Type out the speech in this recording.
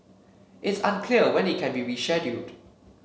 it's unclear when it can be rescheduled